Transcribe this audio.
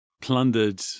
plundered